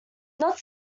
not